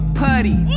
putty